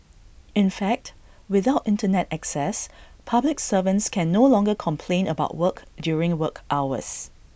in fact without Internet access public servants can no longer complain about work during work hours